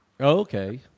Okay